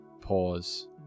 pause